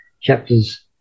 chapters